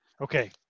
Okay